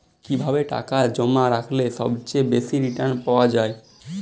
কিভাবে টাকা জমা রাখলে সবচেয়ে বেশি রির্টান পাওয়া য়ায়?